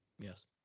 yes